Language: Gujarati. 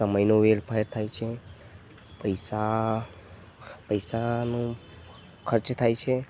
સમયનો વેડફાળ થાય છે પૈસા પૈસાનો ખર્ચ થાય છે